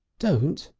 don't!